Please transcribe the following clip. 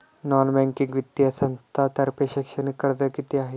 Non banking वित्तीय संस्थांतर्फे शैक्षणिक कर्ज किती आहे?